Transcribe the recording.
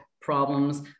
problems